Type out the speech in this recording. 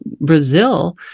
Brazil